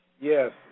Yes